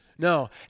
No